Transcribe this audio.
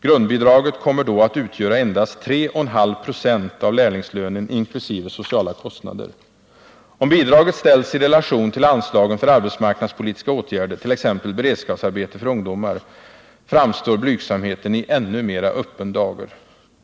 Grundbidraget kommer då att utgöra endast 3,5 96 av lärlingslönen inkl. sociala kostnader! Om bidraget ställs i relation till anslagen för arbetsmarknadspolitiska åtgärder — t.ex. beredskapsarbete för ungdomar — framstår blygsamheten i ännu mer öppen dager.